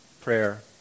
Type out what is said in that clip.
prayer